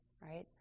right